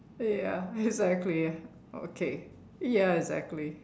ya exactly ya okay ya exactly